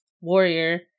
warrior